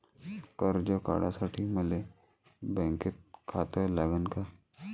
कर्ज काढासाठी मले बँकेत खातं लागन का?